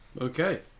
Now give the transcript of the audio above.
Okay